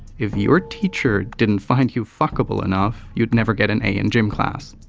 if your teacher didn't find you fuckable enough, you'd never get an a in gym class.